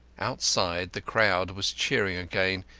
outside the crowd was cheering again.